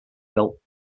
built